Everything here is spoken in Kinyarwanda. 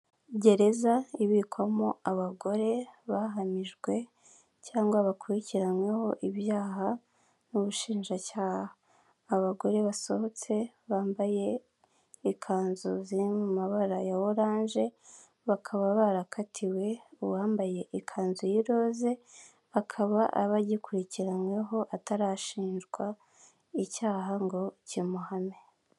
Gereza ibikwamo abagore bahamijwe cyangwa bakurikiranyweho ibyaha n'ubushinjacyaha, abagore basohotse bambaye ikanzu ziri mu mabara ya oranje bakaba barakatiwe, uwambaye ikanzu y'iroze akaba aba agikurikiranyweho atarashinjwa icyaha ngo kimuhame.